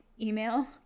email